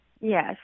Yes